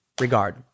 regard